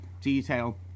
detail